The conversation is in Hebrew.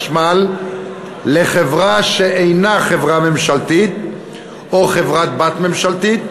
החשמל לחברה שאינה חברה ממשלתית או חברה-בת ממשלתית,